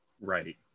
right